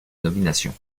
nomination